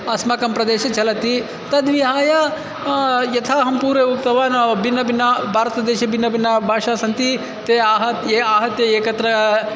अस्माकं प्रदेशे चलति तद्विहाय यथा अहं पूर्वे उक्तवान् भिन्नभिन्न भारतदेशे भिन्नभिन्न भाषा सन्ति ते आहात्य ये आहत्य एकत्र